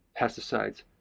pesticides